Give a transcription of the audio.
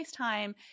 FaceTime